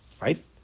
right